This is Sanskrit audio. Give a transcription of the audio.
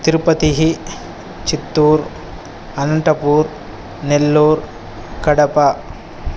तिरुपतिः चित्तूर् अनन्तपूर् नेल्लूर् कडपा